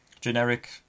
generic